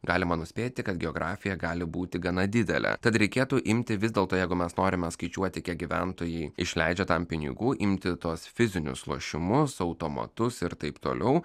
galima nuspėti kad geografija gali būti gana didelė tad reikėtų imti vis dėlto jeigu mes norime skaičiuoti kiek gyventojai išleidžia tam pinigų imti tuos fizinius lošimus automatus ir taip toliau